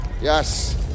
Yes